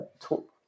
talk